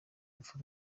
rupfu